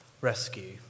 Rescue